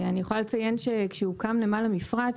אני יכולה לציין שכשהוקם נמל המפרץ